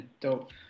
dope